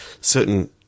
certain